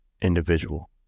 individual